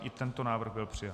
I tento návrh byl přijat.